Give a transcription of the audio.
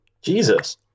Jesus